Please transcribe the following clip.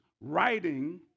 writing